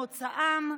מוצאם,